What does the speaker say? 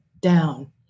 down